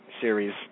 series